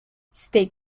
state